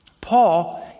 Paul